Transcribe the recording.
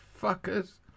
fuckers